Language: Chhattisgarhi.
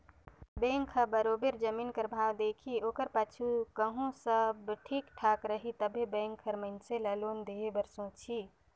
बेंक हर बरोबेर जमीन कर भाव देखही ओकर पाछू कहों सब ठीक ठाक रही तबे बेंक हर मइनसे ल लोन देहे बर सोंचही